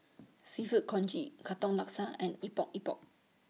Seafood Congee Katong Laksa and Epok Epok